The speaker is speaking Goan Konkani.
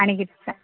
आनी कितें सा